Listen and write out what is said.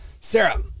Sarah